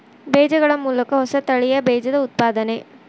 ಬೇಜಗಳ ಮೂಲಕ ಹೊಸ ತಳಿಯ ಬೇಜದ ಉತ್ಪಾದನೆ